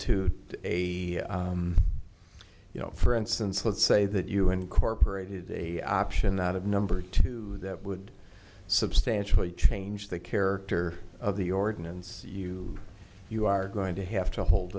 a you know for instance let's say that you incorporated a option that of number two that would substantially change the character of the ordinance you you are going to have to hold